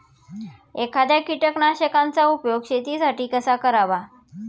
एखाद्या कीटकनाशकांचा उपयोग शेतीसाठी कसा करावा?